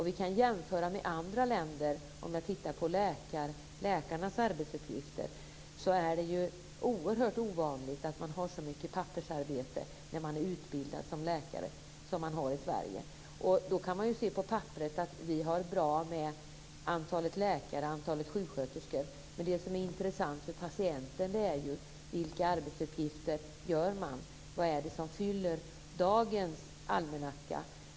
Vi kan jämföra med andra länder. Om vi tittar närmare på läkarnas arbetsuppgifter finner vi att det är oerhört ovanligt att man som utbildad läkare har så mycket pappersarbete som man har i Sverige. På papperet kan man se att vi har det bra ställt med antalet läkare och antalet sjuksköterskor. Men det som är intressant för patienten är vilka arbetsuppgifter man utför. Vad är det som fyller dagens almanacka?